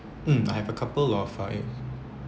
mm I have a couple of uh in~